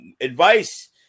advice